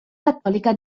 cattolica